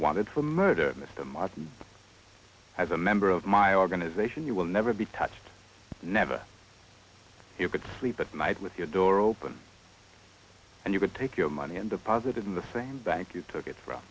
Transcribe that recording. wanted for murder mr martin as a member of my organization you will never be touched never you could flee that night with your door open and you would take your money and deposit it in the famed bank you took it from